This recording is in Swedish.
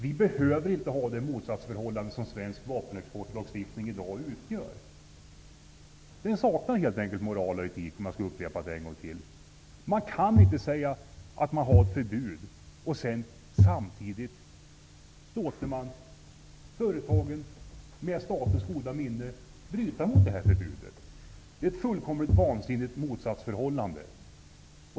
Vi behöver inte ha det motsatsförhållande som svensk vapenexportlagstiftning i dag utgör. Den saknar helt enkelt moral och etik, om jag skall upprepa det en gång till. Man kan inte säga att man har ett förbud och sedan samtidigt låta företagen med statens goda minne bryta mot förbudet. Det är ett fullkomligt vansinnigt motsatsförhållande.